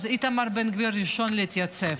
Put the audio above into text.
איתמר בן גביר הוא הראשון להתייצב,